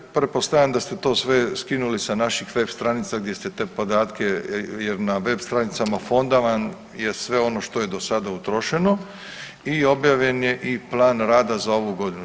Da, ovaj pretpostavljam da ste to sve skinuli sa naših web stranica gdje ste podatke, jer na web stranicama fonda vam je sve ono što je do sada utrošeno i objavljen je i plan rada za ovu godinu.